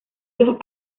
los